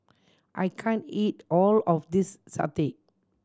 I can't eat all of this satay